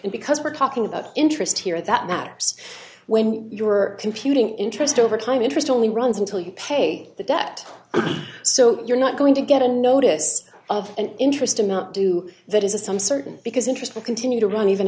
because we're talking about interest here that maps when we were computing interest over time interest only runs until you pay the debt so you're not going to get a notice of an interest i'm not do that is a sum certain because interest will continue to run even